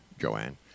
Joanne